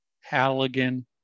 Halligan